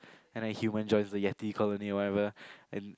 and a human joins the Yeti colony or whatever and